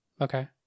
Okay